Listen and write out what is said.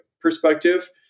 perspective